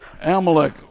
Amalek